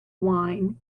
wine